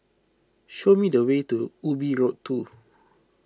show me the way to Ubi Road two